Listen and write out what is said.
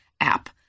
app